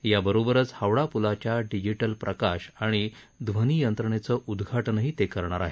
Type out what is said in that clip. याबरोबरच हावडा पुलाच्या डिजिटल प्रकाश आणि ध्वनी यंत्रणेचं उद्घाटनही ते करणार आहेत